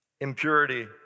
Impurity